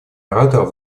ораторов